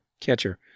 catcher